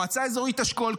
מועצה אזורית אשכול,